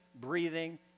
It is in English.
breathing